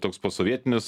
toks posovietinis